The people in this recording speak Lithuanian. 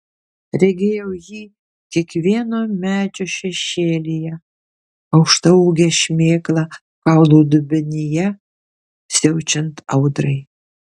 regėjau jį kiekvieno medžio šešėlyje aukštaūgę šmėklą kaulų dubenyje siaučiant audrai